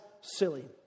silly